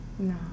No